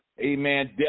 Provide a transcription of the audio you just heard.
Amen